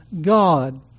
God